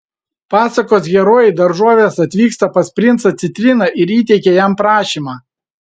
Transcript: pasakos herojai daržovės atvyksta pas princą citriną ir įteikia jam prašymą